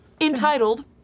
entitled